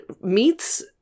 meets